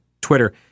Twitter